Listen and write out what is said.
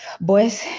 boys